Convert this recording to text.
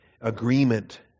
agreement